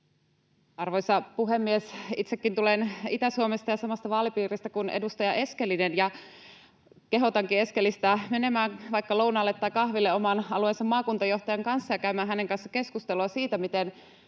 Arvoisa puhemies! Itsekin tulen Itä-Suomesta ja samasta vaalipiiristä kuin edustaja Eskelinen. Kehotankin Eskelistä menemään vaikka lounaalle tai kahville oman alueensa maakuntajohtajan kanssa ja käymään hänen kanssaan keskustelua siitä, miten